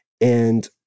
And-